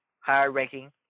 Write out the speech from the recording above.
higher-ranking